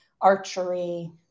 archery